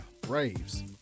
Braves